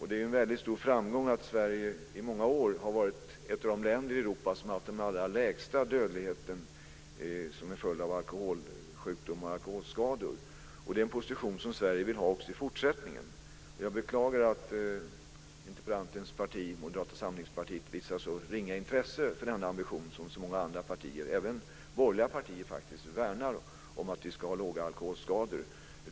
Det är en väldigt stor framgång att Sverige i många år har varit ett av de länder i Europa som haft den allra lägsta dödligheten som en följd av alkoholsjukdomar och alkoholskador. Det är en position som Sverige vill ha också i fortsättningen. Jag beklagar att interpellantens parti, Moderata samlingspartiet, visar så ringa intresse för denna ambition som många andra partier, även borgerliga partier, faktiskt värna och som vill att vi ska ha få alkoholskador.